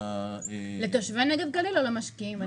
לתושבי נגב-גליל, או למשקיעים בנגב-גליל?